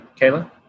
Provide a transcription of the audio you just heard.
Kayla